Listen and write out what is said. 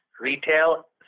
retail